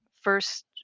first